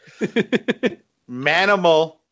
Manimal